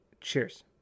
Cheers